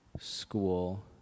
school